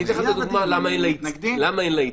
אני אתן לך דוגמה למה אין לה ייצוג.